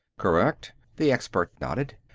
correct. the expert nodded.